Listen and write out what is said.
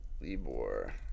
Libor